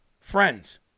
Friends